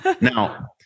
now